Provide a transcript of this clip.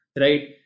Right